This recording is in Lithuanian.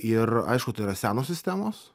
ir aišku tai yra senos sistemos